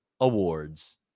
Awards